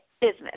business